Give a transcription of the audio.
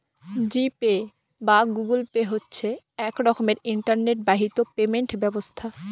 জি Pay বা Google Pay হচ্ছে এক রকমের ইন্টারনেট বাহিত পেমেন্ট ব্যবস্থা